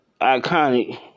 iconic